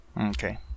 Okay